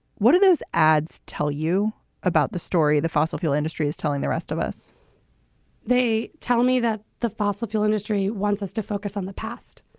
what are those ads tell you about the story? the fossil fuel industry is telling the rest of us they tell me that the fossil fuel industry wants us to focus on the past.